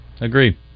agree